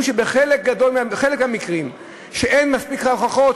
כשבחלק מהמקרים אין מספיק הוכחות,